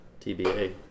tba